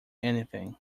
anything